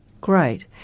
Great